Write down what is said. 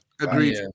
Agreed